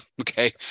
Okay